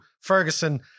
Ferguson